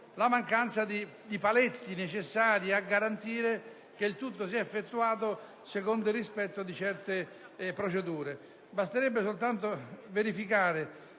la mancanza di paletti necessari a garantire che il tutto sia effettuato secondo il rispetto di certe procedure. Basterebbe verificare